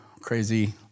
crazy